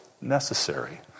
necessary